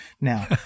Now